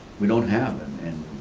we don't have. and and